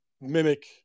mimic